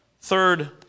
Third